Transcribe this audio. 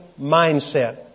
mindset